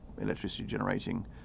electricity-generating